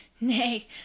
Nay